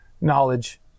knowledge